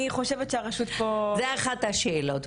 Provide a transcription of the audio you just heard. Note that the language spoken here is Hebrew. חושבת שהרשות פה --- זאת אחת השאלות.